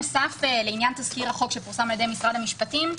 לעניין תסקיר החוק שפורסם על ידי משרד המשפטים,